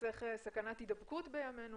חוסך סכנת הידבקות בימינו